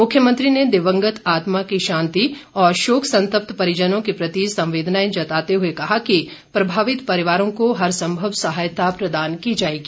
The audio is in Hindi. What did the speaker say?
मुख्यमंत्री ने दिवंगत आत्मा की शांति और शोक संतप्त परिजनों के प्रति संवेदना जताते हुए कहा कि प्रभावित परिवारों को हर संभव सहायता प्रदान की जाएगी